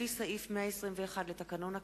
לפי סעיף 121 לתקנון הכנסת,